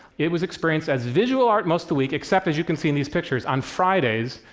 it was experienced as visual art most of the week, except, as you can see in these pictures, on fridays,